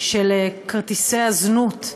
של כרטיסי הזנות,